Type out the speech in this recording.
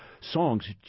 songs